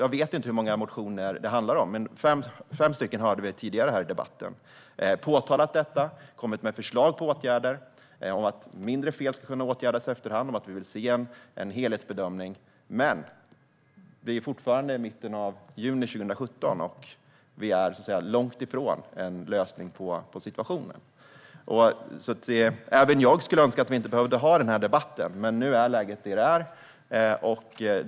Jag vet inte hur många motioner det handlar om; vi hörde om fem stycken tidigare i debatten. Vi har alltså kommit med förslag på åtgärder för att mindre fel ska kunna rättas till i efterhand. Vi vill se en helhetsbedömning. Men vi är nu i mitten av juni 2017, och vi är fortfarande långt ifrån en lösning på situationen. Även jag skulle önska att vi inte behövde ha denna debatt, men nu är läget som det är.